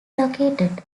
located